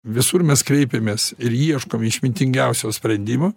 visur mes kreipiamės ir ieškom išmintingiausio sprendimo